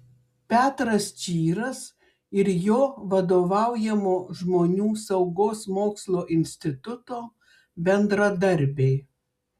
petras čyras ir jo vadovaujamo žmonių saugos mokslo instituto bendradarbiai